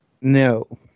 No